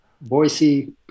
Boise